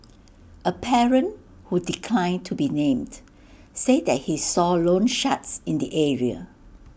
A parent who declined to be named said that he saw loansharks in the area